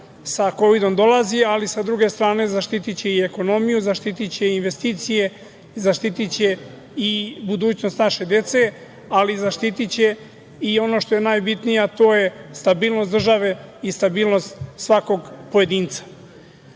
sa kovidom dolazi, ali sa druge strane zaštitiće i ekonomiju, zaštitiće i investicije, zaštitiće i budućnost naše dece, ali zaštitiće i ono što je najbitnije, a to je stabilnost države i stabilnost svakog pojedinca. Rebalans